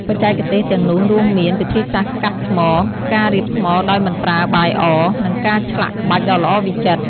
បច្ចេកទេសទាំងនោះរួមមាន វិធីសាស្រ្តកាត់ថ្ម ការរៀបថ្មដោយមិនប្រើបាយអ និងការឆ្លាក់ក្បាច់ដ៏ល្អវិចិត្រ។